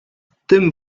tym